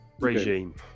regime